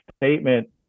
statement